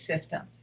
systems